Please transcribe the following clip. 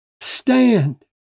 stand